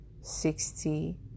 sixty